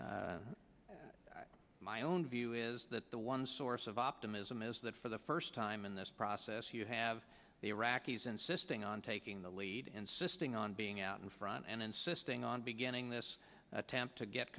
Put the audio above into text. pretty my own view is that the one source of optimism is that for the first time in this process you have the iraqis insisting on taking the lead insisting on being out in front and insisting on beginning this attempt to get